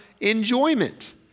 enjoyment